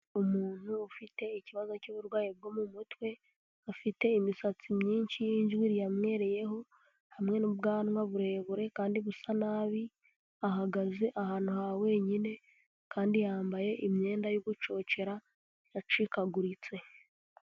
Umuntu ufite ikibazo cy'uburwayi bwo mu mutwe, afite imisatsi myinshi ijwiri yamwereyeho hamwe n'ubwanwa burebure kandi busa nabi, ahagaze ahantu hawenyine kandi yambaye imyenda yo gucocera yacikaguritse.